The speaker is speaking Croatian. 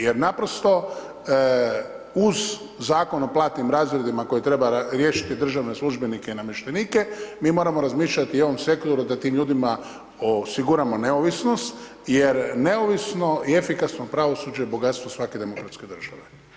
Jer naprosto uz zakon o platnim razredima, koje treba riješiti državne službenike i namještenike mi moramo razmišljati i o ovom sektoru da tim ljudima osiguramo neovisnost, jer neovisno i efikasno pravosuđe je bogatstva svake demokratske države.